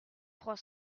trois